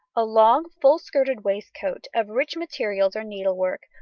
a long, full-skirted waistcoat, of rich materials or needlework,